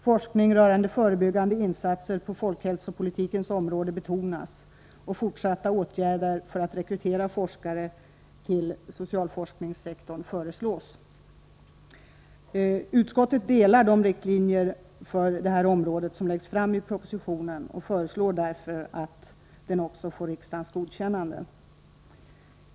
Forskning rörande förebyggande insatser på folkhälsopolitikens områden betonas och fortsatta åtgärder för att rekrytera forskare till socialforskningssektorn föreslås. Utskottet biträder de riktlinjer för detta område som läggs fram i propositionen och föreslår därför att den också får riksdagens godkännande.